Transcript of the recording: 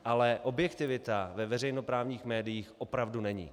Ale objektivita ve veřejnoprávních médiích opravdu není.